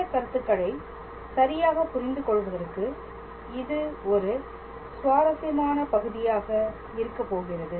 இந்த கருத்துக்களை சரியாக புரிந்து கொள்வதற்கு இது ஒரு சுவாரசியமான பகுதியாக இருக்கப்போகிறது